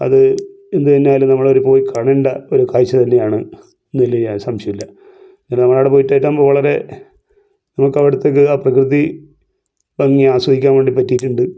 അത് എന്തു തന്നെയായാലും നമ്മളത് പോയി കാണേണ്ട ഒരു കാഴ്ച തന്നെയാണ് എന്നതിൽ യാതൊരു സംശയവുമില്ല നമ്മൾ എവിടെ പോയിട്ട് വളരെ നമുക്ക് അവിടുത്തെ ആ പ്രകൃതി ഭംഗി ആസ്വദിക്കാൻ വേണ്ടി പറ്റിയിട്ടുണ്ട്